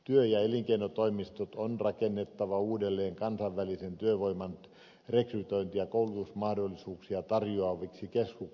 työ ja elinkeinotoimistot on rakennettava uudelleen kansainvälisen työvoiman rekrytointi ja koulutusmahdollisuuksia tarjoaviksi keskuksiksi